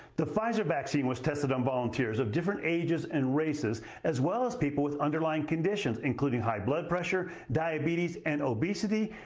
the pfizer vaccine was tested on volunteers of different ages and races as well as people with underlying conditions including high blood pressure, diabetes and obesity.